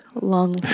long